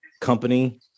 company